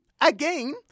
again